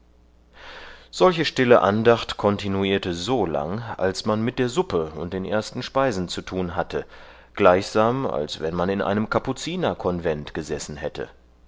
solche stille andacht kontinuierte so lang als man mit der suppe und den ersten speisen zu tun hatte gleichsam als wann man in einem kapuzinerkonvent gessen hätte